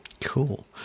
Cool